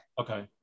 Okay